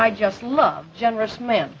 i just love generous man